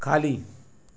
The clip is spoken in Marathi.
खाली